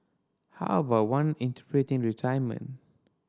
how about one interpreting retirement